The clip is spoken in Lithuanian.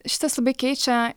šitas labai keičia